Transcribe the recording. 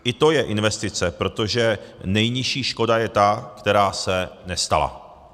I to je investice, protože nejnižší škoda je ta, která se nestala.